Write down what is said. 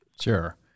Sure